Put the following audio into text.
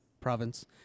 province